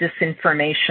disinformation